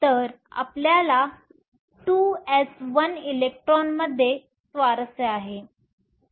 तर आपल्याला 2s1 electron मध्ये स्वारस्य आहे